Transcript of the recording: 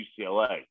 UCLA